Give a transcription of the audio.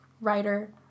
writer